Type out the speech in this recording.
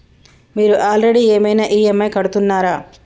మీరు ఆల్రెడీ ఏమైనా ఈ.ఎమ్.ఐ కడుతున్నారా?